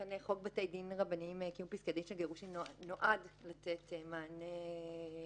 אכן חוק בתי דין רבניים קיום פסקי דין של גירושין נועד לתת מענה ונחקק